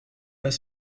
pas